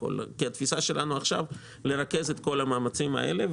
התפיסה שלנו עכשיו היא לרכז את כל המאמצים האלה.